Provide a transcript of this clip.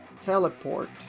teleport